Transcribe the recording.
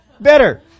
better